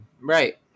Right